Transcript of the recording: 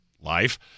life